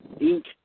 Ink